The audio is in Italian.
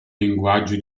linguaggi